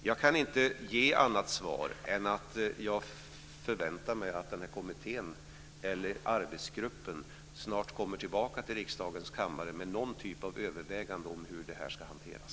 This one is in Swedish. Jag kan inte ge annat svar än att jag förväntar mig att kommittén eller arbetsgruppen snart kommer tillbaka till riksdagens kammare med någon typ av överväganden över hur detta ska hanteras.